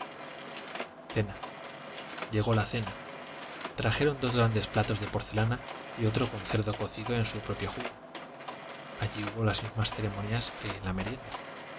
llegó la cena trajeron dos grandes platos de porcelana y otro con cerdo cocido en su propio jugo hubo las mismas ceremonias que en la merienda